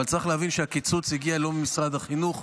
אבל צריך להבין שהקיצוץ לא הגיע ממשרד החינוך,